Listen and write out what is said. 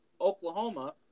Oklahoma